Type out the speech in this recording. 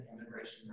immigration